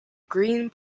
green